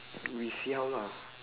we see how lah